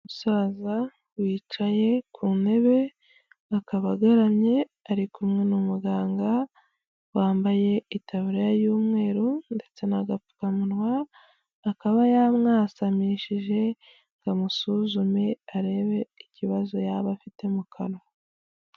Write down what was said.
Umusaza wicaye ku ntebe akaba agaramye ari kumwe n' umuganga wambaye itaburiya y'umweru ndetse n' agapfukamunwa, akaba yamwasamishije ngo amusuzume arebe ikibazo yaba afite mu kanwa.